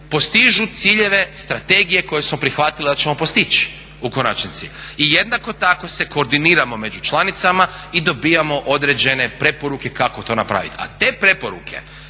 postižu ciljeve strategije koje smo prihvatili da ćemo postići u konačnici i jednako tako se koordiniramo među članicama i dobivamo određene preporuke kako to napraviti. A te preporuke